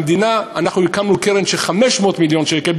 אנחנו הקמנו קרן של 500 מיליון שקל.